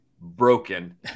broken